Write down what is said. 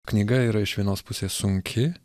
knyga yra iš vienos pusės sunki